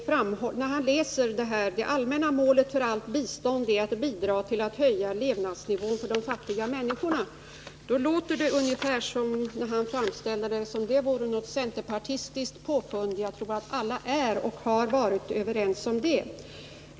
Fru talman! När Torsten Bengtson läser detta att det allmänna målet för allt bistånd är att bidra till att höja levnadsnivån för de fattiga människorna låter det nästan som om han framställer det som något centerpartistiskt påfund. Jag tror att alla är och har varit överens om den formuleringen.